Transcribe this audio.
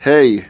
Hey